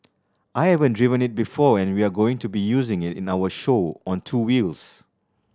I haven't driven it before and we're going to be using it in our show on two wheels